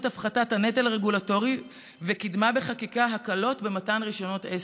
הפחתת הנטל הרגולטורי וקידמה בחקיקה הקלות במתן רישיונות עסק.